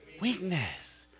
weakness